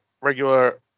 regular